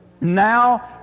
Now